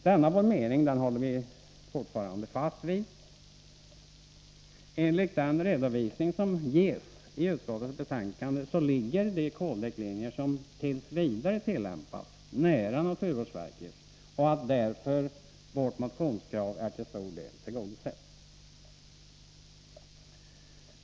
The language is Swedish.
Denna vår mening håller vi fortfarande fast vid. Enligt den redovisning som ges i utskottets betänkande ligger de kolriktlinjer som t. v. tillämpas nära naturvårdsverkets, och utskottet anser därför att vårt motionskrav till stor del är tillgodosett.